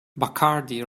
bacardi